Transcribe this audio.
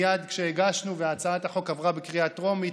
מייד כשהגשנו ושהצעת החוק עברה בקריאה טרומית,